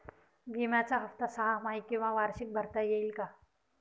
विम्याचा हफ्ता सहामाही किंवा वार्षिक भरता येईल का?